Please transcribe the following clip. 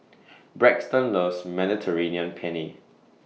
Braxton loves Mediterranean Penne